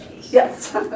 Yes